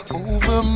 over